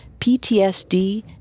PTSD